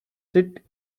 sit